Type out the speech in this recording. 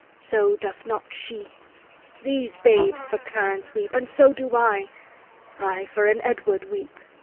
so doth not she these babes for clarence weep, and so do i i for an edward weep,